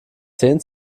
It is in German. zehn